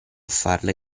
farle